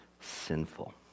sinful